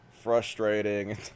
Frustrating